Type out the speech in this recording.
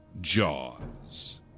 Jaws